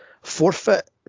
forfeit